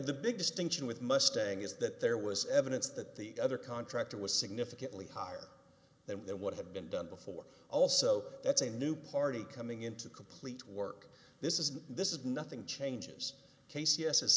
the big distinction with mustang is that there was evidence that the other contractor was significantly higher than what had been done before also that's a new party coming into complete work this is this is nothing changes k c